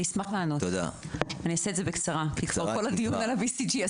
אשמח לעשות בקצרה כי כבר עשינו את כל הדיון בנושא.